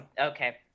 Okay